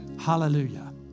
Hallelujah